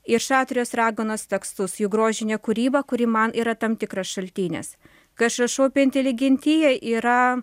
ir šatrijos raganos tekstus jų grožinę kūrybą kuri man yra tam tikras šaltinis kai aš rašau apie inteligentiją yra